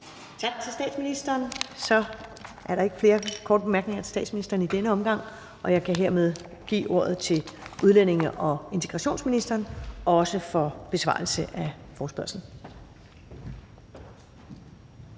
Tak til statsministeren. Så er der ikke flere korte bemærkninger til statsministeren i denne omgang, og jeg kan hermed give ordet til udlændinge- og integrationsministeren, også for besvarelse af forespørgslen.